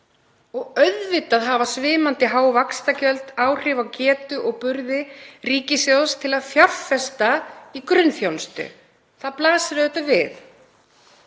og auðvitað hafa svimandi há vaxtagjöld áhrif á getu og burði ríkissjóðs til að fjárfesta í grunnþjónustu. Það blasir við.